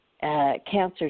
cancer